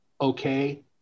okay